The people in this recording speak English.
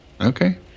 Okay